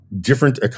different